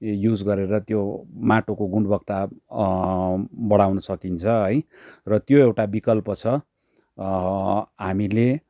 use गरेर त्यो माटोको गुणवत्ता बढाउन सकिन्छ है र त्यो एउटा विकल्प छ हामीले